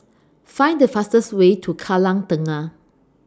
Find The fastest Way to Kallang Tengah